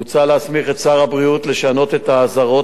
מוצע להסמיך את שר הבריאות לשנות את האזהרות